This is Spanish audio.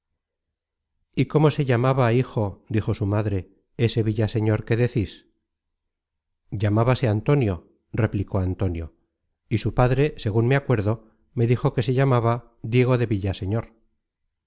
y cómo se llamaba hijo dijo su madre ese villaseñor que decis llamábase antonio replicó antonio y su padre segun me acuerdo me dijo que se llamaba diego de villaseñor